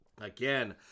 again